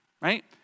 right